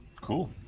cool